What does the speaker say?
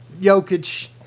Jokic